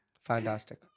Fantastic